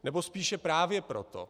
Nebo spíše právě proto.